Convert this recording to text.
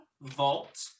vault